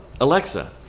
Alexa